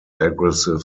aggressive